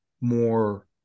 more